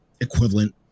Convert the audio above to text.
equivalent